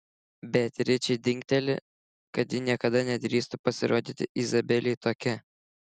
beatričei dingteli kad ji niekada nedrįstų pasirodyti izabelei tokia